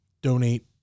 Donate